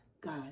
God